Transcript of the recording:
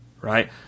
Right